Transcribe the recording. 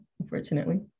unfortunately